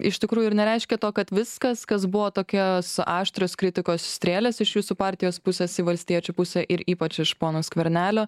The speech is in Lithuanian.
iš tikrųjų ir nereiškia to kad viskas kas buvo tokios aštrios kritikos strėlės iš jūsų partijos pusės į valstiečių pusę ir ypač iš pono skvernelio